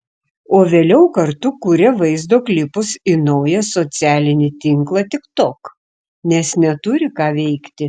o vėliau kartu kuria vaizdo klipus į naują socialinį tinklą tiktok nes neturi ką veikti